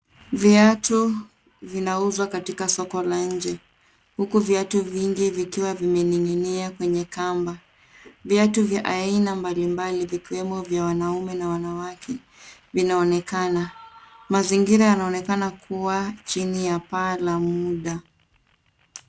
Viatu vinauzwa katika soko la nje, huku viatu vingi vikiwa vimening'inia kwenye kamba. Viatu vya aina mbali mbali vikiwemo vya wanaume na wanawake vinaonekana. Mazingira yanaonekana kuwa chini ya paa la muda.